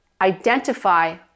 identify